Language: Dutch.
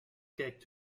kijkt